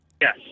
Yes